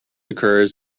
occurs